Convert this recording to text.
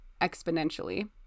exponentially